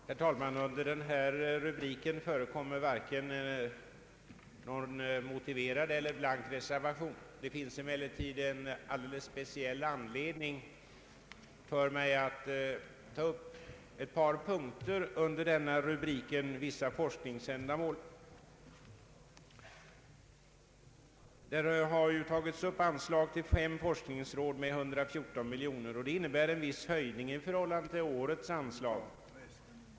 Herr talman! Vid den här punkten förekommer varken någon motiverad eller någon blank reservation. Det finns emellertid en alldeles speciell anledning för mig att ta upp ett par punkter under avsnittet ”Vissa forskningsändamål”. Här har tagits upp anslag till fem forskningsråd med cirka 114 miljoner kronor. Detta innebär en viss höjning i förhållande till årets anslag.